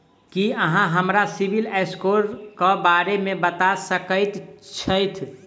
की अहाँ हमरा CIBIL score क बारे मे बता सकइत छथि?